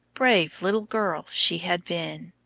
brave little girl she had been.